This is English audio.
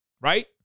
right